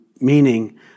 meaning